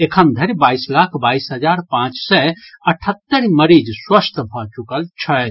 एखन धरि बाईस लाख बाईस हजार पांच सय अठहत्तरि मरीज स्वस्थ भऽ चुकल छथि